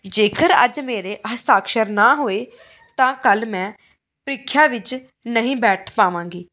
ਜੇਕਰ ਅੱਜ ਮੇਰੇ ਹਸਤਾਕਸ਼ਰ ਨਾ ਹੋਏ ਤਾਂ ਕੱਲ੍ਹ ਮੈਂ ਪ੍ਰੀਖਿਆ ਵਿੱਚ ਨਹੀਂ ਬੈਠ ਪਾਵਾਂਗੀ